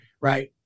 right